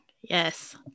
Yes